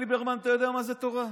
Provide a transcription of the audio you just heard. ליברמן, ממתי אתה יודע מה זה תורה?